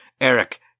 eric